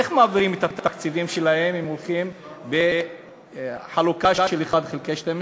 איך מעבירים את התקציבים שלהם אם הולכים לחלוקה של 1 חלקי 12?